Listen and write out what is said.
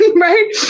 right